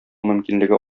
мөмкинлеге